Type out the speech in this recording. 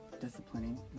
Disciplining